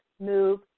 move